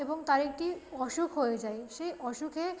এবং তার একটি অসুখ হয়ে যায় সেই অসুখে